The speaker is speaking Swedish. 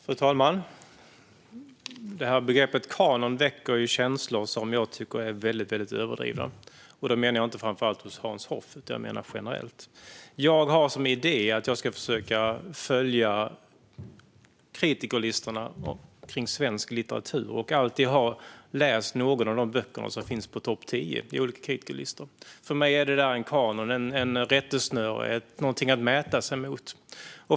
Fru talman! Begreppet "kanon" väcker känslor som jag tycker är väldigt överdrivna. Då menar jag inte framför allt hos Hans Hoff, utan jag menar generellt. Jag har som idé att försöka följa kritikerlistorna för svensk litteratur och alltid ha läst någon av de böcker som finns i topp tio på olika kritikerlistor. För mig är det en kanon, ett rättesnöre och någonting att mäta sig mot.